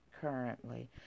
currently